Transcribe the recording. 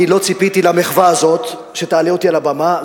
אני לא ציפיתי למחווה הזאת, שתעלה אותי לבמה.